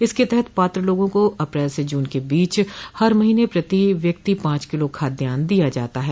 इसके तहत पात्र लोगों को अप्रैल से जून के बीच हर महीने प्रति व्यक्ति पांच किलो खाद्यान दिया जाता है